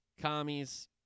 commies